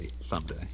someday